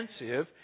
expensive